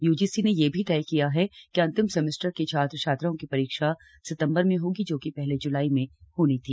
UGC ने यह भी तय किया है कि अंतिम सेमेस्टर के छात्र छात्राओं की परीक्षा सितंबर में होगी जो कि पहले ज्लाई में होनी थी